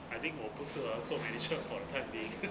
I 不是儿做 manager for the time being